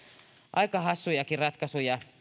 aika hassujakin ratkaisuja